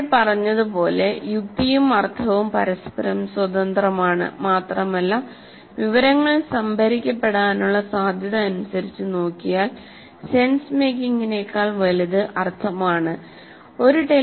നമ്മൾ പറഞ്ഞതുപോലെ യുക്തിയും അർത്ഥവും പരസ്പരം സ്വതന്ത്രമാണ് മാത്രമല്ല വിവരങ്ങൾ സംഭരിക്കപ്പെടാനുള്ള സാധ്യത അനുസരിച്ചു നോക്കിയാൽ സെൻസ്മേക്കിംഗിനേക്കാൾ വലുത് അർത്ഥം ആണ്